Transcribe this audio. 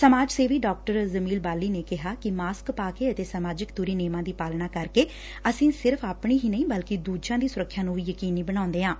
ਸਮਾਜ ਸੇਵੀ ਡਾ ਜੁਮੀਲ ਬਾਲੀ ਨੇ ਕਿਹਾ ਕਿ ਮਾਸਕ ਪਾਕੇ ਅਤੇ ਸਮਾਜਿਕ ਦੁਰੀ ਨੇਮਾਂ ਦੀ ਪਾਲਣਾ ਕਰਕੇ ਅਸੀਂ ਸਿਰਫ਼ ਆਪਣੀ ਹੀ ਨਹੀਂ ਬਲਕਿ ਦੂਜਿਆਂ ਦੀ ਸੁਰੱਖਿਆ ਵੀ ਯਕੀਨੀ ਬਣਾਉਂਦੇ ਹਾਂ